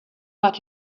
but